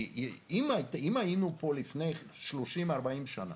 כי אם היינו פה לפני 30, 40 שנה,